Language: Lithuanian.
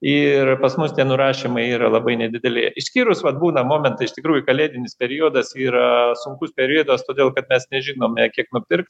ir pas mus tie nurašymai yra labai nedideliai išskyrus vat būna momentai iš tikrųjų kalėdinis periodas yra sunkus periodas todėl kad mes nežinome kiek nupirkt